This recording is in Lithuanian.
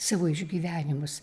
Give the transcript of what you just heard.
savo išgyvenimus